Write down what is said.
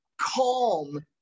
calm